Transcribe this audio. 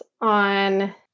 on